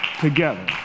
together